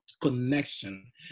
connection